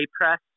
press